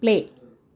play